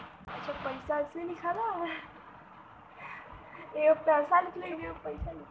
कई लोग भविष्य के खातिर पइसा बचावलन बैंक में पैसा जमा कइके पैसा बचावल जा सकल जाला